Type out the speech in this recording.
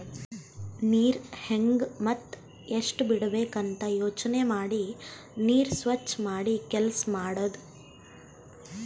ನೀರ್ ಹೆಂಗ್ ಮತ್ತ್ ಎಷ್ಟ್ ಬಿಡಬೇಕ್ ಅಂತ ಯೋಚನೆ ಮಾಡಿ ನೀರ್ ಸ್ವಚ್ ಮಾಡಿ ಕೆಲಸ್ ಮಾಡದು